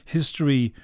History